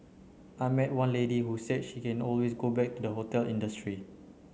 I met one lady who said she can always go back to the hotel industry